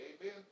Amen